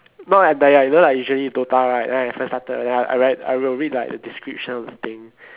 not entire you know like usually dota right then I first started then I read I will read like the description of the thing